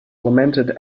lamented